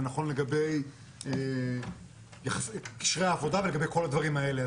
זה נכון לגבי קשרי העבודה ולגבי כל הדברים האלה.